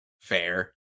fair